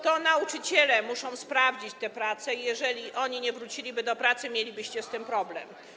To nauczyciele muszę sprawdzić te prace i jeżeli oni nie wróciliby do pracy, mielibyście z tym problem.